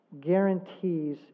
guarantees